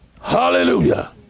Hallelujah